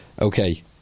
Okay